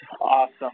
Awesome